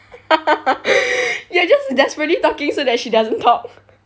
you are just desperately talking so that she doesn't talk